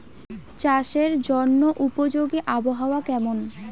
চাষের জন্য উপযোগী আবহাওয়া কেমন?